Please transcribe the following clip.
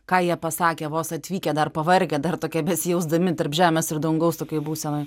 ką jie pasakė vos atvykę dar pavargę dar tokie besijausdami tarp žemės ir dangaus tokioj būsenoj